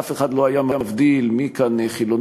אף אחד לא היה מבדיל מי כאן חילוני,